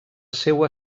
seua